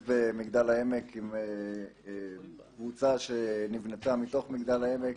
במגדל העמק עם קבוצה שנבנתה מתוך מגדל העמק.